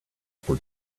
for